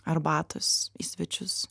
arbatos į svečius